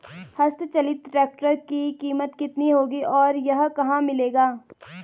हस्त चलित ट्रैक्टर की कीमत कितनी होगी और यह कहाँ मिलेगा?